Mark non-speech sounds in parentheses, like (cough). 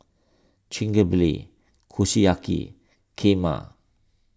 (unintelligible) Kushiyaki Kheema